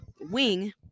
wing